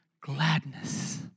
gladness